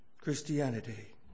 Christianity